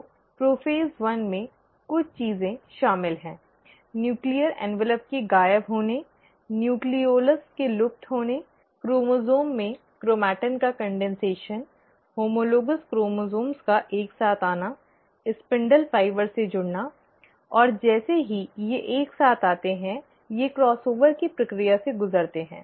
तो प्रोफेज़ एक में कुछ चीजें शामिल हैं नूक्लीअर ऍन्वलप् के गायब होने न्यूक्लियोलस के लुप्त होने क्रोमोसोम में क्रोमेटिन का संघननहोमोलोगॅस क्रोमोसोम्स का एक साथ आना स्पिंडल फाइबर से जुड़ना और जैसे ही ये एक साथ आते हैं ये क्रॉस ओवर की प्रक्रिया से गुजरते हैं